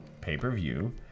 pay-per-view